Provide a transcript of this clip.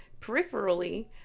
Peripherally